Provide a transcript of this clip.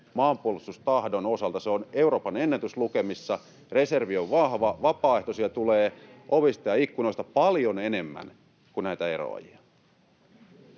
maanpuolustustahdon osalta. Se on Euroopan ennätyslukemissa, reservi on vahva, vapaaehtoisia tulee ovista ja ikkunoista paljon enemmän kuin näitä eroajia.